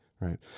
right